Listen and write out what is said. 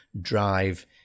drive